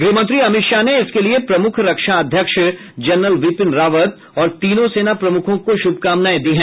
गृहमंत्री अमित शाह ने इसके लिए प्रमुख रक्षा अध्यक्ष जनरल बिपिन रावत और तीनों सेना प्रमुखों को शुभकामनाएं दी हैं